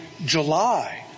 July